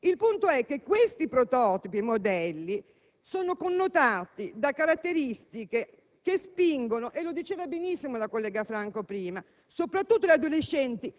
Il punto è che questi prototipi e modelli sono connotati da caratteristiche che spingono - lo ha detto benissimo la collega Franco prima - soprattutto le adolescenti,